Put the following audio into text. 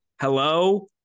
Hello